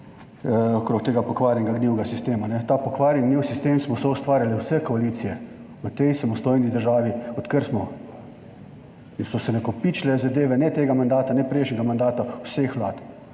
okrog tega pokvarjenega, gnilega sistema. Ta pokvarjeni, gnili sistem smo soustvarjale vse koalicije v tej samostojni državi, odkar smo, in so se nakopičile zadeve ne tega mandata ne prejšnjega mandata, vseh vlad.